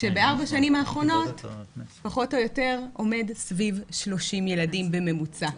כשבארבע השנים האחרונות פחות או יותר עומד סביב 30 ילדים בממוצע.